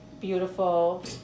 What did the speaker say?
beautiful